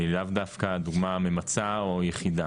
אבל היא לאו דווקא הדוגמה ממצה או היחידה,